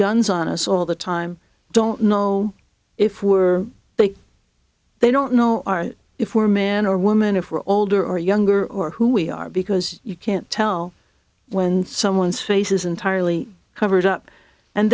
guns on us all the time don't know if we're they don't know our if we are man or woman if we're older or younger or who we are because you can't tell when someone's face is entirely covered up and